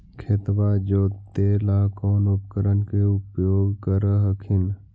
खेतबा जोते ला कौन उपकरण के उपयोग कर हखिन?